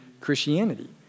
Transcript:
Christianity